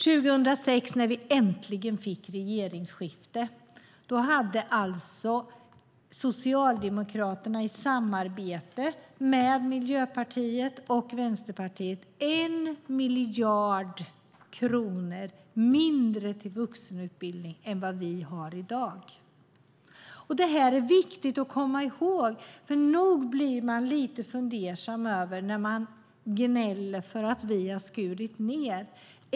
År 2006, när vi äntligen fick regeringsskifte, hade Socialdemokraterna i samarbete med Miljöpartiet och Vänsterpartiet 1 miljard kronor mindre till vuxenutbildning än vi har i dag. Det här är viktigt att komma ihåg, för nog blir man lite fundersam när det gnälls över att vi har skurit ned.